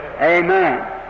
Amen